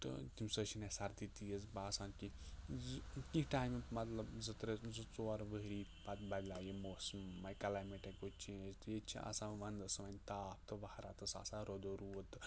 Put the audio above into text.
تہٕ تمہِ سۭتۍ چھِنہٕ اسہِ سردی تیٖژ باسان کیٚنٛہہ زٕ کیٚنٛہہ ٹایمہٕ مطلب زٕ ترٛےٚ زٕ ژوٗر ؤری پَتہٕ بَدلیاو یہِ موسمٕے کٕلایمیٹٕے گوٚو چینٛج تہٕ ییٚتہِ چھِ آسان ونٛدَس وۄنۍ تاپھ تہٕ ؤہراتَس آسان رُدٕ روٗد تہٕ